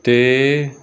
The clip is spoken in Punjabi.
'ਤੇ